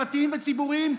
פרטיים וציבוריים,